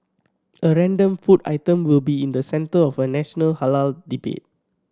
a random food item will be in the centre of a national halal debate